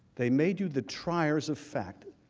they made you the triers of fact.